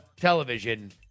television